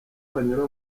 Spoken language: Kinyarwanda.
banyura